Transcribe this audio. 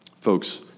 Folks